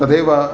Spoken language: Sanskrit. तदेव